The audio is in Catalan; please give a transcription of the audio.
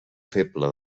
feble